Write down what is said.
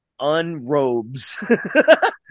unrobes